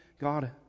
God